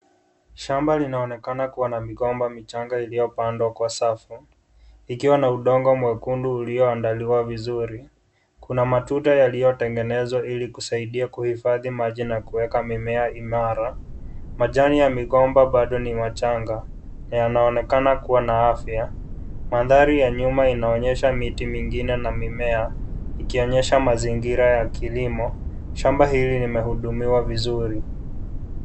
Shamba linaonekana kuwa na migomba michanga iliyopandwa kwa safu ikiwa na udongo mwekundu ulioandaliwa vizuri. Kuna matuta yaliyotengenezwa ili kusaidia kuhifadhi maji na kuweka mimea imara. Majani ya migomba bado ni machanga na yanaonekana kuwa na afya. Mandhari ya nyuma inaonyesha miti mingine na mimea ikionyesha mazingira ya kilimo. Shamba hili limehudumiwa vizuri.